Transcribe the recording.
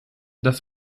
das